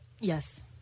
Yes